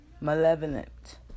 malevolent